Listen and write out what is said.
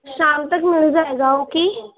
شام تک مل جائے گا اوکے